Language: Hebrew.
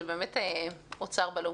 זה באמת אוצר בלום.